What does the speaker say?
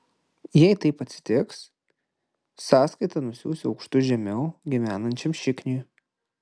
jei taip atsitiks sąskaitą nusiųsiu aukštu žemiau gyvenančiam šikniui